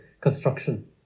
construction